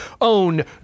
own